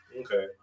Okay